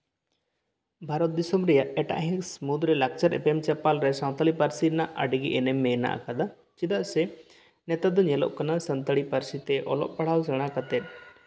ᱵᱷᱟᱨᱚᱛ ᱫᱤᱥᱚᱢ ᱨᱮᱭᱟᱜ ᱮᱴᱟᱜ ᱦᱤᱸᱥ ᱢᱩᱫ ᱨᱮ ᱞᱟᱠᱪᱟᱨ ᱮᱯᱮᱢᱼᱪᱮᱯᱮᱞ ᱨᱮ ᱥᱟᱱᱛᱟᱞᱤ ᱯᱟᱹᱨᱥᱤ ᱨᱮᱭᱟᱜ ᱟᱹᱰᱤ ᱜᱮ ᱮᱱᱮᱢ ᱢᱮᱱᱟᱜ ᱟᱠᱟᱫᱟ ᱪᱮᱫᱟᱜ ᱥᱮ ᱱᱮᱛᱟᱨ ᱫᱚ ᱧᱮᱞᱚᱜ ᱠᱟᱱᱟ ᱥᱟᱱᱛᱟᱲᱤ ᱯᱟᱹᱨᱥᱤ ᱛᱮ ᱚᱞᱚᱜ ᱯᱟᱲᱦᱟᱣ ᱥᱮᱬᱟ ᱠᱟᱛᱮᱫ